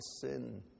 sin